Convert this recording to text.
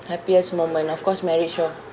happiest moment of course marriage lor